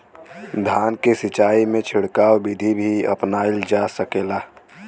धान के सिचाई में छिड़काव बिधि भी अपनाइल जा सकेला?